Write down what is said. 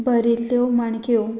बरिल्ल्यो माणक्यो